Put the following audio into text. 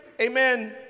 amen